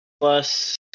plus